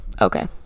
okay